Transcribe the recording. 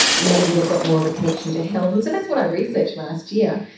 maybe they've got more of a connection to health. and so that's what i researched last year.